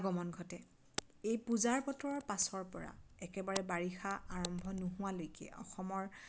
আগমন ঘটে এই পূজাৰ বতৰৰ পাছৰপৰা একেবাৰে বাৰিষা আৰম্ভ নোহোৱালৈকে অসমৰ